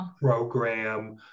program